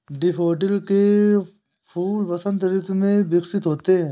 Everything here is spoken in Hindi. डैफोडिल के फूल वसंत ऋतु में विकसित होते हैं